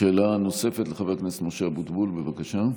שאלה נוספת, לחבר הכנסת משה אבוטבול, בבקשה.